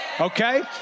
okay